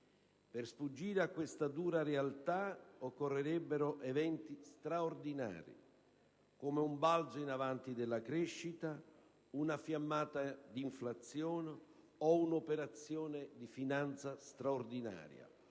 Per sfuggire a questa dura realtà occorrerebbero eventi straordinari, come un balzo in avanti nella crescita, o una fiammata di inflazione, o un'operazione di finanza straordinaria,